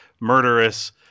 murderous